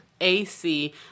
ac